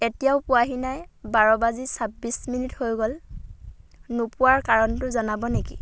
এতিয়াও পোৱাহি নাই বাৰ বাজি চাব্বিছ মিনিট হৈ গ'ল নোপোৱাৰ কাৰণটো জনাব নেকি